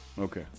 Okay